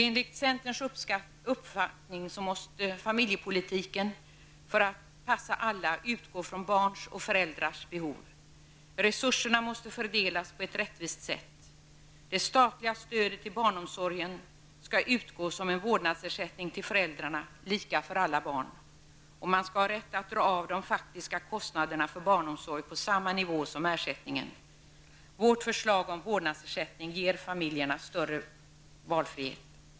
Enligt centerns uppfattning måste familjepolitiken för att passa alla utgå från barns och föräldrars behov. Resurserna måste fördelas på ett rättvist sätt. Det statliga stödet till barnomsorgen skall utgå som en vårdnadsersättning till föräldrarna, lika för alla barn. Man skall ha rätt att dra av de faktiska kostnaderna för barnomsorg på samma nivå som ersättningen. Vårt förslag om vårdnadsersättning ger familjerna större valfrihet.